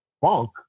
funk